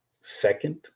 second